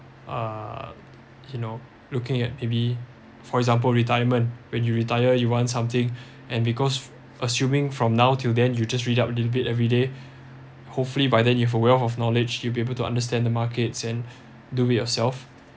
uh you know looking at maybe for example retirement when you retire you want something and because assuming from now till then you just read out little bit everyday hopefully by then you have a wealth of knowledge you'll be able to understand the markets and do it yourself